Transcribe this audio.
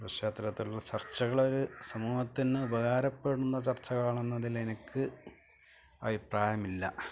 പശ്ചാത്തലത്തിലുള്ള ചർച്ചകളൊരു സമൂഹത്തിനുപകാരപ്പെടുന്ന ചർച്ചകളാണെന്നതിലെനിക്ക് അഭിപ്രായമില്ല